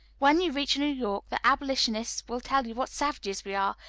when you reach new york the abolitionists will tell you what savages we are,